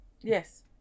Yes